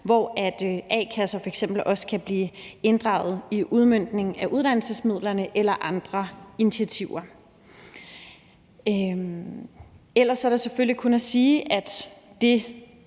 hvor f.eks. a-kasser også kan blive inddraget i udmøntningen af uddannelsesmidlerne eller andre initiativer. Ellers er der selvfølgelig kun at sige, at det